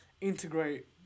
integrate